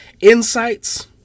insights